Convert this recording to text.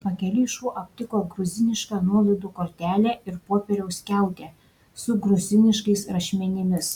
pakeliui šuo aptiko gruzinišką nuolaidų kortelę ir popieriaus skiautę su gruziniškais rašmenimis